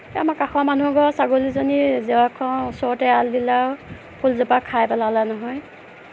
এই আমাৰ কাষৰ মানুহঘৰৰ ছাগলীজনী জেওৰাখন ওচৰতে এৰাল দিলে আৰু ফুলজোপা খাই পেলালে নহয়